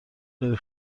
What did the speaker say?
خیلی